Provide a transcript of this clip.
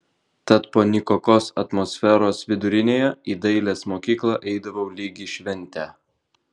tad po nykokos atmosferos vidurinėje į dailės mokyklą eidavau lyg į šventę